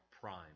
prime